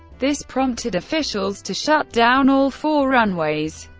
this prompted officials to shut down all four runways.